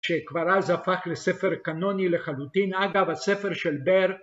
‫שכבר אז הפך לספר קאנוני לחלוטין. ‫אגב, הספר של בר...